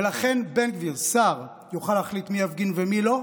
ולכן בן גביר, שר, יוכל להחליט מי יפגין ומי לא,